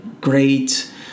great